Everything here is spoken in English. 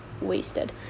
wasted